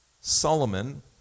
Solomon